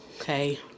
Okay